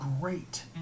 great